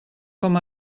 com